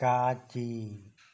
காட்சி